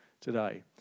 today